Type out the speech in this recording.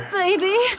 baby